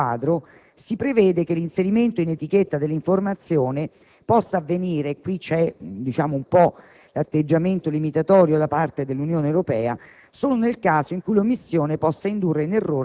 Nel testo di questa direttiva quadro si prevede che l'inserimento in etichetta dell'informazione possa avvenire - si tratta di un atteggiamento un po' limitatorio dell'Unione Europea